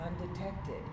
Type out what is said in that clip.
undetected